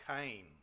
Cain